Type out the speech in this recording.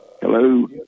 Hello